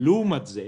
זאת